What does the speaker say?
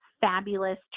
fabulous